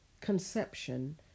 conception